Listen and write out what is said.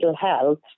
health